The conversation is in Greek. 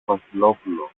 βασιλόπουλο